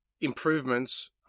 improvements